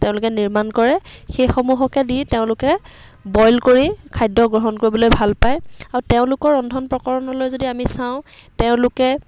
তেওঁলোকে নিৰ্মাণ কৰে সেইসমূহকে দি তেওঁলোকে বইল কৰি খাদ্য গ্ৰহণ কৰিবলৈ ভাল পায় আৰু তেওঁলোকৰ ৰন্ধন প্ৰকৰণলৈ যদি আমি চাওঁ তেওঁলোকে